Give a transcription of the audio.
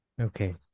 Okay